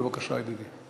בבקשה, ידידי.